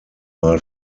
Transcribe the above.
mal